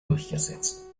durchgesetzt